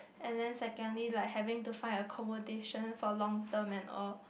and then secondly like having to find accomodation for long term and all